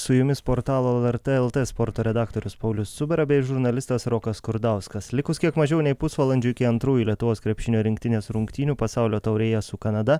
su jumis portalo lrt lt sporto redaktorius paulius cubera bei žurnalistas rokas skurdauskas likus kiek mažiau nei pusvalandžiui iki antrųjų lietuvos krepšinio rinktinės rungtynių pasaulio taurėje su kanada